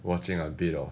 watching a bit of